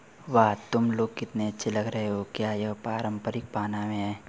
वाह तुम लोग कितने अच्छे लग रहे हो क्या यह पारम्परिक पहनावे हैं